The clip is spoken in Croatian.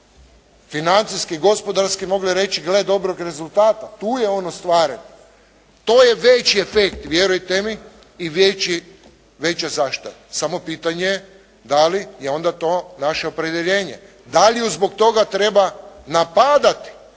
financijski i gospodarski mogle reći, gle dobrog rezultata, tu je on ostvaren, to je veći efekt, vjerujte mi i veća zaštita. Samo pitanje je da li je onda to naše opredjeljenje? Da li ju zbog toga treba napadati